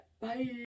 Bye